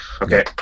Okay